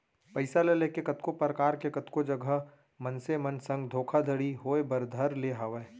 पइसा ल लेके कतको परकार के कतको जघा मनसे मन संग धोखाघड़ी होय बर धर ले हावय